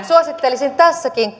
suosittelisin tässäkin